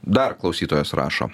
dar klausytojas rašo